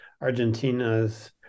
Argentina's